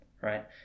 right